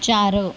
चार